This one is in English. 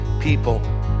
people